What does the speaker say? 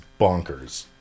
bonkers